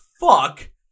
fuck